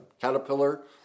caterpillar